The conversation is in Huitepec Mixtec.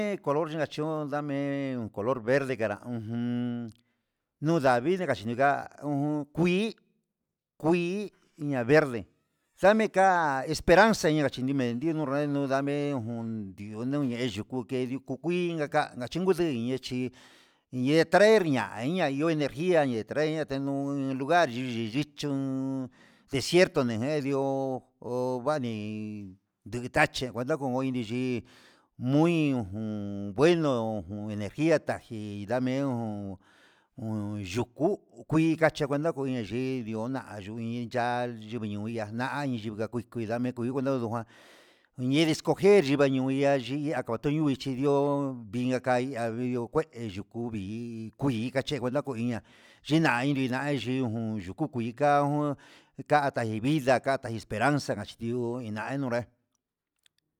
En color xhikachiu ndame'e un color verde anrá ujun nuu ndavii kachinreka, ujun kuii kuii iña verde ndame ka esperaza ña'a njachi ni me'en ndiunumen nuu nrame ndio nuu yee yuku, ke nduku kuin kakanga yinudei iña'a chi nde traer ni iña ña yo'o energia ya traer nuu lugar ndeninichón nundecierto nejen ihó ko ko nguani ndetache, cuenta koi iniyi muy ujun bueno ernergia taji ndame jun un tuku kui kachi cuenta ko inaxhi yoina yuu inya'a yuvi ño'a anai yui ka kuii dame kui cuenta ndoijan ñe escoger kuena yuiña yii akuñui chindio viyan kai andiño kué yuku kuii che cuenta ko nguiña, yinai y yianai yii yujun yu yui ka'a jun, ndata vida ndata esperanza kachi nduio inai honra'í.